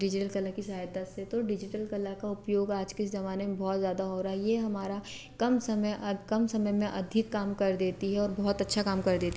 digital कला की सहायता से तो डिजिटल कला का उपयोग आज के ज़माने में बहुत ज़्यादा हो रहा है ये हमारा कम समय और कम समय में अधिक काम कर देती है और बहुत अच्छा काम कर दे